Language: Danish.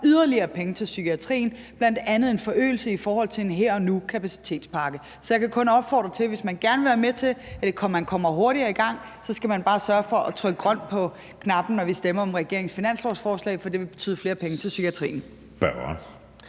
yderligere penge til psykiatrien, bl.a. en forøgelse i form af en her og nu-kapacitetspakke. Så hvis man gerne vil være med til, at vi kommer hurtigere i gang, kan jeg kun opfordre til, at man trykker på den grønne knap, når vi stemmer om regeringens finanslovsforslag, for det vil betyde flere penge til psykiatrien.